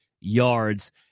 yards